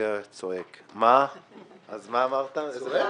שעוסקת באותו נושא,